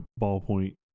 ballpoint